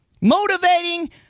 Motivating